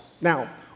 Now